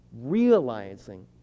realizing